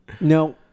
No